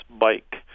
bike